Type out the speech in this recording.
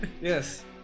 Yes